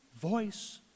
voice